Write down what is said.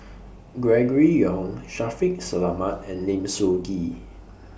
Gregory Yong Shaffiq Selamat and Lim Soo Ngee